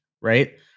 right